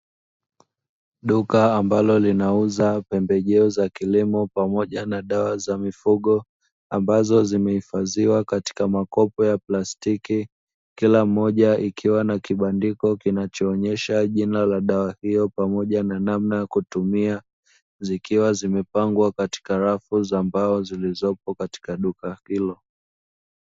Duka ambalo linauza pembejeo za kilimo pamoja na dawa za mifugo ambazo zimeifadhiwa katika makopo ya plastiki. kila moja ikiwa na kibandiko kinachoonyesha jina la dawa hiyo pamoja na namna ya kutumia zikiwa zimepangwa katika rafu za mbao zilizopo katika duka hilo.